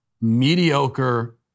mediocre